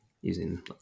using